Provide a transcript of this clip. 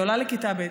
היא עולה לכיתה ב',